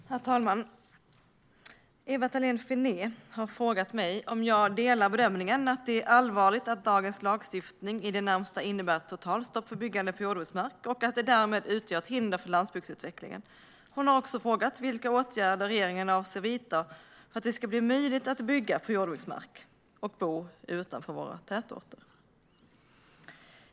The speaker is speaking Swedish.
Herr talman! Ewa Thalén Finné har frågat mig om jag håller med om bedömningen att det är allvarligt att dagens lagstiftning i det närmaste innebär ett totalstopp för byggande på jordbruksmark och att den därmed utgör ett hinder för landsbygdsutveckling. Hon har också frågat vilka åtgärder regeringen avser att vidta för att det ska vara möjligt att bygga på jordbruksmark och att bo utanför våra tätorter.